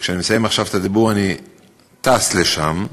וכשאני מסיים עכשיו את הדיבור, אני טס לשם,